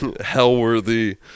hell-worthy